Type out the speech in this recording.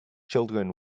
children